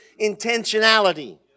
intentionality